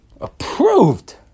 approved